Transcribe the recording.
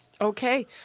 Okay